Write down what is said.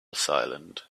silent